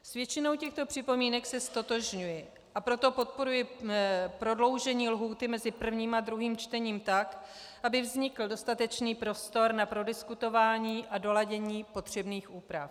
S většinou těchto připomínek se ztotožňuji, a proto podporuji prodloužení lhůty mezi prvním a druhým čtením, tak aby vznikl dostatečný prostor na prodiskutování a doladění potřebných úprav.